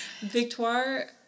Victoire